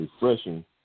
refreshing